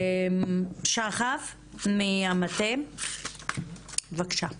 שחף מהמטה, בבקשה.